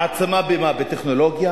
מעצמה במה?